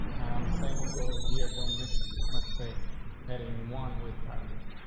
and the same will go here don't mix, let's say heading one with paragraph.